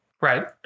Right